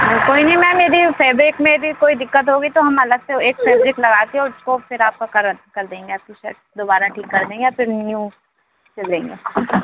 कोई नहीं मैं यदि फैब्रिक में भी कोई दिक्कत होगी तो हम अलग से एक फैब्रिक लगा के और उसको फिर आपका कलर कर देंगे सेट दोबारा ठीक कर देंगे या फिर न्यू सिल देंगे